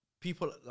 people